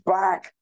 back